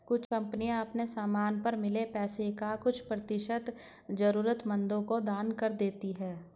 कुछ कंपनियां अपने समान पर मिले पैसे का कुछ प्रतिशत जरूरतमंदों को दान कर देती हैं